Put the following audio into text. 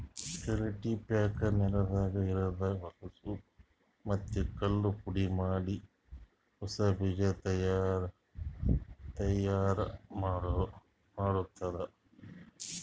cultipacker ನೆಲದಾಗ ಇರದ್ ಹೊಲಸೂ ಮತ್ತ್ ಕಲ್ಲು ಪುಡಿಮಾಡಿ ಹೊಸಾ ಬೀಜ ತೈಯಾರ್ ಮಾಡ್ತುದ